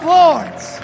lords